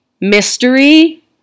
mystery